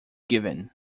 given